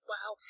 Wow